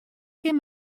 kin